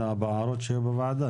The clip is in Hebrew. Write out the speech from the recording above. בהערות שהיו בוועדה,